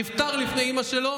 נפטר לפני אימא שלו